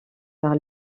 par